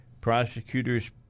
Prosecutors